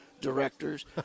directors